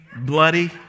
bloody